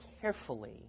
carefully